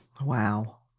Wow